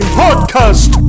podcast